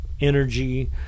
energy